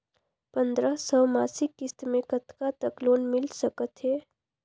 पंद्रह सौ मासिक किस्त मे कतका तक लोन मिल सकत हे?